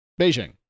Beijing